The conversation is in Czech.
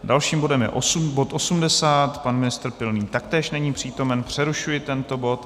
Dalším bodem je bod 80, pan ministr Pilný taktéž není přítomen, přerušuji tento bod.